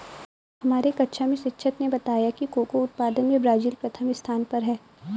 हमारे कक्षा में शिक्षक ने बताया कि कोको उत्पादन में ब्राजील प्रथम स्थान पर है